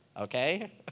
okay